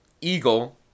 Eagle